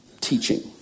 teaching